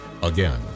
Again